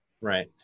Right